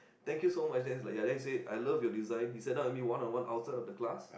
thank you so much then he's like ya then he say I love your design he sat down with me one on one outside of the class